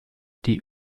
die